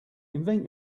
invent